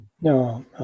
No